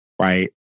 right